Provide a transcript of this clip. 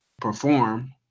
perform